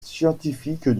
scientifique